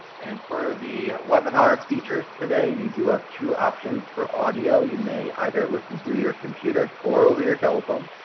and for the webinar features today you do have two options for audio. you may either listen through your computer or over your telephone.